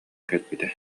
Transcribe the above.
кэлбитэ